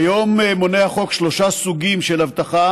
כיום מונה החוק שלושה סוגים של אבטחה